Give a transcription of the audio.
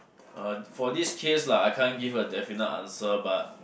uh for this case lah I can't give a definite answer but